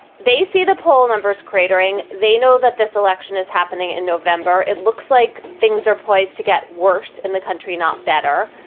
they see the poll numbers cratering. they know that this election is happening in november. it looks like things are poised to get worse in the country, not better.